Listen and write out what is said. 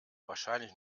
wahrscheinlich